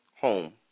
home